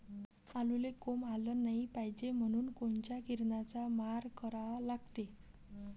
आलूले कोंब आलं नाई पायजे म्हनून कोनच्या किरनाचा मारा करा लागते?